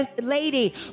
lady